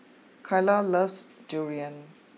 Kylah loves Durian